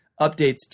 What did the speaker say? updates